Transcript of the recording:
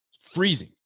freezing